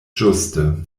ĝuste